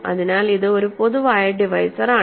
അതിനാൽഇത് ഒരു പൊതുവായ ഡിവൈസർ ആണ്